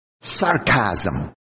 sarcasm